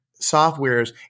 softwares